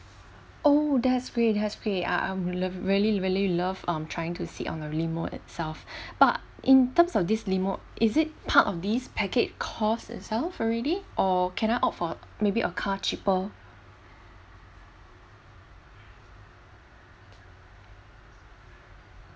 oh that's great that's great ah I'm really really love um trying to sit on a limo itself but in terms of this limo is it part of these package cost itself already or can I opt for maybe a car cheaper